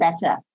better